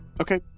Okay